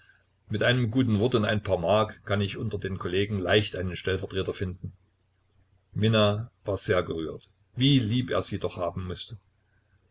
mit einem guten wort und ein paar mark kann ich unter den kollegen leicht einen stellvertreter finden minna war sehr gerührt wie lieb er sie doch haben mußte